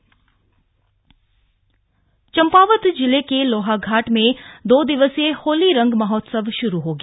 होली रंग महोत्सव चम्पावत जिले के लोहाघाट में दो दिवसीय होली रंग महोत्सव श्रू हो गया